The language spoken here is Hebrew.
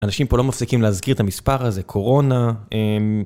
אנשים פה לא מפסיקים להזכיר את המספר הזה, קורונה.